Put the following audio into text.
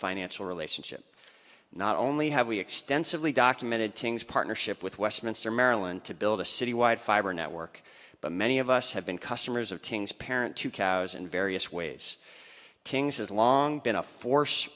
financial relationship not only have we extensively documented things partnership with westminster maryland to build a citywide fiber network but many of us have been customers of king's parent to cowes in various ways king's has long been a force